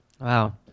Wow